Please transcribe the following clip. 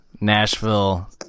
Nashville